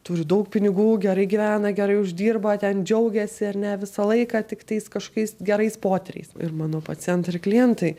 turi daug pinigų gerai gyvena gerai uždirba ten džiaugiasi ar ne visą laiką tiktais kažkokiais gerais potyriais ir mano pacientai ir klientai